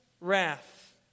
wrath